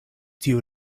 tiu